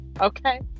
okay